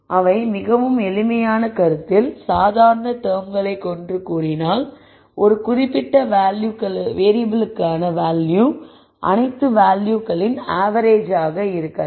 ஆனால் மிகவும் எளிமையான கருத்தில் சாதாரண சொற்களை கொண்டு கூறினால் ஒரு குறிப்பிட்ட வேறியபிளுக்கான வேல்யூ அனைத்து வேல்யூகளின் ஆவெரேஜ் ஆக இருக்கலாம்